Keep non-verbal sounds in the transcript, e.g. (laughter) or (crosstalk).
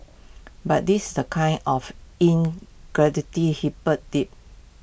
but this is the kind of in (unintelligible) hip dig